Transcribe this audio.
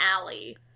alley